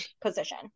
position